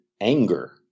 anger